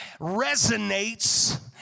resonates